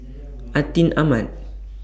Atin Amat